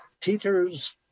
teachers